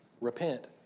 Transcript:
Repent